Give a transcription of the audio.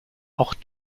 auch